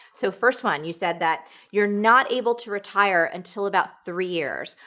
so first one, you said that you're not able to retire until about three years.